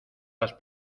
las